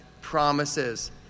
promises